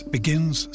Begins